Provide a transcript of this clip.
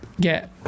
get